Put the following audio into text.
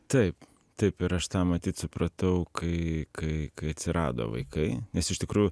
taip taip ir aš tą matyt supratau kai kai kai atsirado vaikai nes iš tikrųjų